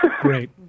Great